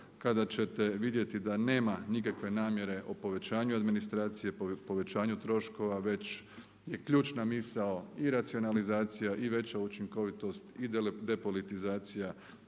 kada ćete vidjeti da nema nikakve namjere o povećanju administracije, povećanju troškova već je ključna misao i racionalizacija i veća učinkovitost i depolitizacija